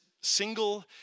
single